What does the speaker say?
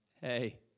hey